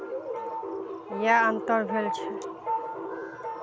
इएह अन्तर भेल छै